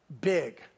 big